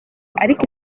ariko